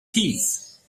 peace